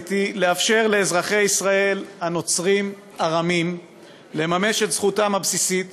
המרכזית היא לאפשר לאזרחי ישראל הנוצרים-ארמים לממש את זכותם הבסיסית